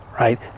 right